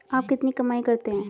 आप कितनी कमाई करते हैं?